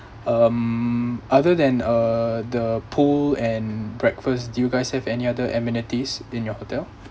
um other than uh the pool and breakfast do you guys have any other amenities in your hotel